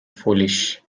foolish